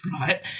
right